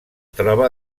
troba